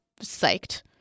psyched